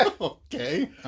Okay